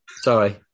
Sorry